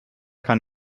kann